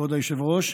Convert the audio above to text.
כבוד היושב-ראש,